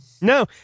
no